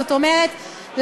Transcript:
זאת אומרת,